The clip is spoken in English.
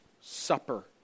Supper